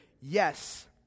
Yes